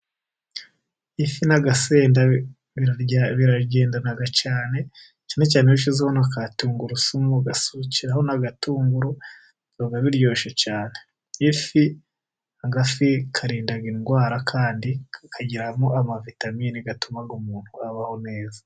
Ifi n'agasenda biragendana cyane, cyane cyane iyo ushyizeho na ka tungurusumu ugasukiraho n'agatunguru biba biryoshye cyane, ifi, agafi karinda indwara kandi kakagiramo amavitamini atuma umuntu abaho neza.